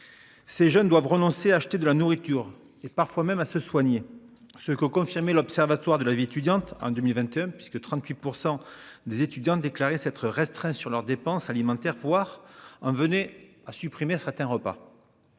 Ces jeunes doivent renoncer à acheter de la nourriture et parfois même à se soigner. Ce qu'ont confirmé l'Observatoire de la vie étudiante en 2021, puisque 38% des étudiants déclaré s'être restreint sur leurs dépenses alimentaires foire hein venait à supprimer serait un repas.